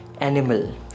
animal